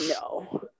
no